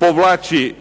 da povlači